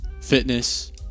fitness